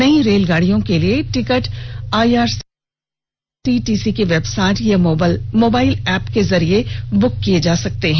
नई रेलगाड़ियों के लिए टिकट आईआरसीटीसी की वेबसाइट या मोबाइल ऐप के जरिये बुंक किये जा रहे हैं